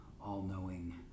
all-knowing